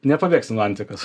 nepabėgsi nuo antikos